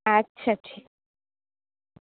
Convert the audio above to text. আচ্ছা ঠি